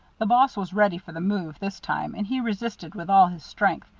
the boss was ready for the move this time, and he resisted with all his strength,